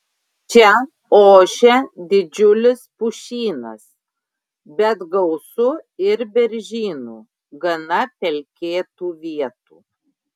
čia ošia didžiulis pušynas bet gausu ir beržynų gana pelkėtų vietų